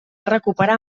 recuperar